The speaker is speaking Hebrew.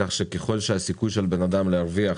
כך שככל שהסיכוי של אדם להרוויח